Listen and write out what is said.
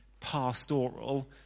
pastoral